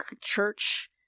church